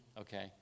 Okay